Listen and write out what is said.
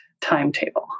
timetable